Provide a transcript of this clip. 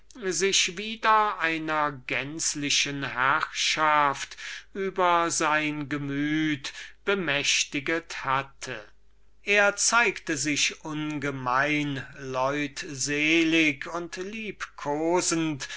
sich wieder einer gänzlichen herrschaft über sein gemüt bemächtiget hatte er zeigte sich ungemein leutselig und liebkosend